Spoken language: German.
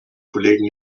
kollegen